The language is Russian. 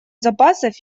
запасов